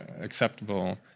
acceptable